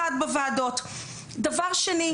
דבר שני,